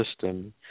system